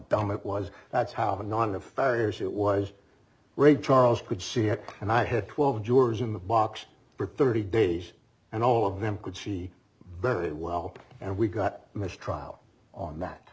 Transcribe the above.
fires it was ray charles could see it and i had twelve jurors in the box for thirty days and all of them could see very well and we got a mistrial on that